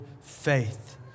faith